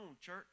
church